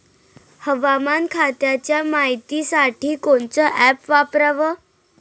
हवामान खात्याच्या मायतीसाठी कोनचं ॲप वापराव?